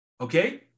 Okay